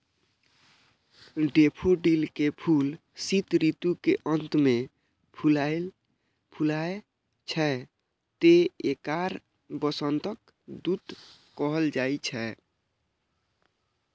daffodil के फूल शीत ऋतु के अंत मे फुलाय छै, तें एकरा वसंतक दूत कहल जाइ छै